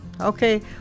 Okay